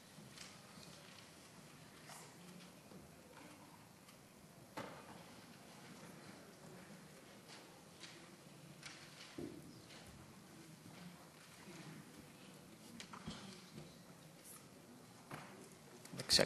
בבקשה,